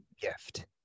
gift